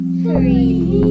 three